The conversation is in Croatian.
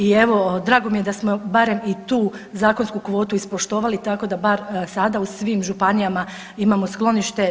I evo drago mi je da smo barem i tu zakonsku kvotu ispoštovali tako da bar sada u svim županijama imamo sklonište.